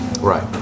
right